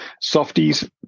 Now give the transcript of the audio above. softies